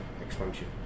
expansion